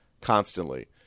constantly